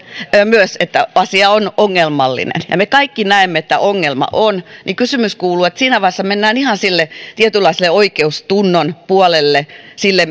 myös että asia on ongelmallinen kun me kaikki näemme että ongelma on niin kysymys kuuluu että kun siinä vaiheessa mennään ihan sille tietynlaiselle oikeustunnon puolelle